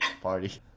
party